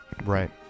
right